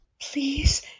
Please